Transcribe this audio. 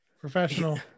professional